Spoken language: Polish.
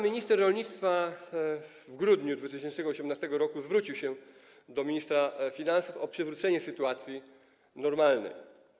Minister rolnictwa w grudniu 2018 r. zwrócił się do ministra finansów o przywrócenie sytuacji normalnej.